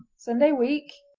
sunday week